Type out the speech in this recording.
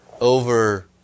over